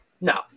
No